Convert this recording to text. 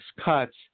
cuts